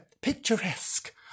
picturesque